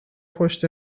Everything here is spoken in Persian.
پشت